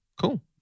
Cool